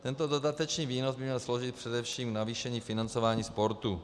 Tento dodatečný výnos by měl sloužit především k navýšení financování sportu.